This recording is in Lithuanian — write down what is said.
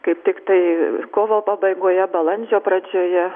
kaip tiktai kovo pabaigoje balandžio pradžioje